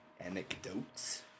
Anecdotes